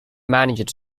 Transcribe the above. managed